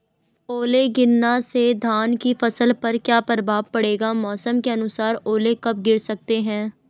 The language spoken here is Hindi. ओले गिरना से धान की फसल पर क्या प्रभाव पड़ेगा मौसम के अनुसार ओले कब गिर सकते हैं?